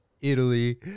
Italy